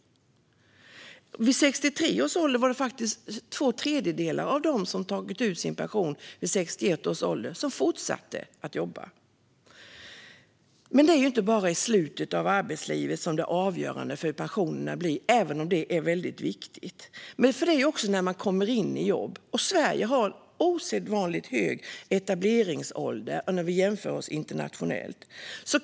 Vid 63 års ålder är det faktiskt två tredjedelar av dem som tagit ut sin pension vid 61 års ålder som fortsätter att jobba. Men det är inte bara slutet av arbetslivet som är avgörande för hur pensionerna blir, även om det är väldigt viktigt. Det är ju också fråga om när man kommer in i jobb. Sverige har osedvanligt hög etableringsålder när vi jämför internationellt.